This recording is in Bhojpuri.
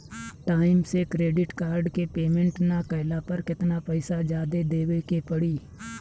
टाइम से क्रेडिट कार्ड के पेमेंट ना कैला पर केतना पईसा जादे देवे के पड़ी?